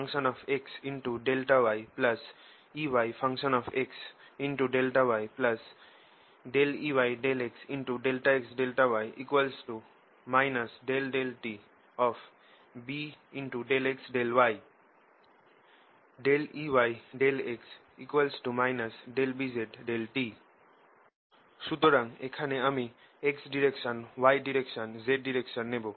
Eyx∆yEyx∆yEyx∆x∆y ∂tB∆x∆y Eyx Bz∂t সুতরাং এখানে আমি x direction y direction z direction নেব